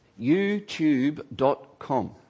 YouTube.com